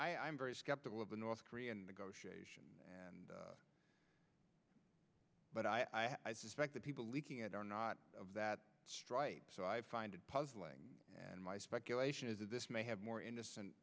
'm very skeptical of the north korean negotiations and but i i suspect the people leaking it are not of that strike so i find it puzzling and my speculation is that this may have more innocent